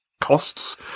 costs